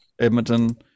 Edmonton